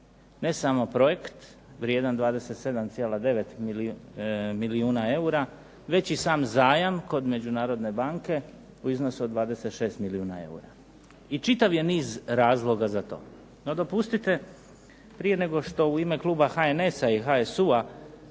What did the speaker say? ne samo projekt vrijedan 27,9 milijuna eura, već i sam zajam kod Međunarodne banke u iznosu od 26 milijuna eura. I čitav je niz razloga za to. No, dopustite prije nego što u ime kluba HNS-a i HSU-a